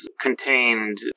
contained